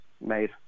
made